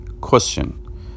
Question